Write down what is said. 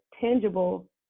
tangible